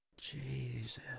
Jesus